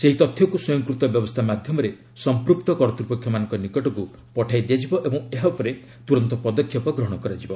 ସେହି ତଥ୍ୟକୁ ସ୍ୱୟଂକୃତ ବ୍ୟବସ୍ଥା ମାଧ୍ୟମରେ ସମ୍ପୃକ୍ତ କର୍ତ୍ତୃପକ୍ଷମାନଙ୍କ ନିକଟକୁ ପଠାଇ ଦିଆଯିବ ଓ ଏହା ଉପରେ ତୁରନ୍ତ ପଦକ୍ଷେପ ଗ୍ରହଣ କରାଯିବ